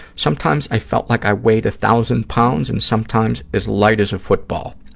sometimes i felt like i weighed a thousand pounds and sometimes as light as a football.